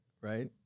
right